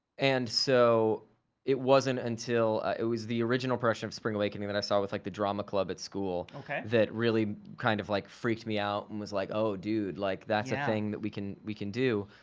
and so it wasn't until, it was the original production of spring awakening that i saw with like the drama club at school okay. that really kind of like freaked me out and was like, oh dude, like that's a thing yeah. that we can, we can do.